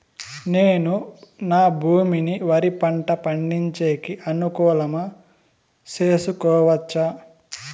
నేను నా భూమిని వరి పంట పండించేకి అనుకూలమా చేసుకోవచ్చా?